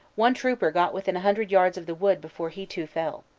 one trooper got within a hundred yards of the wood before he too fell.